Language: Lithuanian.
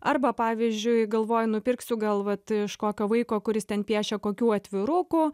arba pavyzdžiui galvoju nupirksiu gal vat iš kokio vaiko kuris ten piešia kokių atvirukų